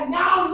now